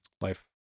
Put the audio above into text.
life